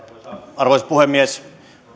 arvoisa puhemies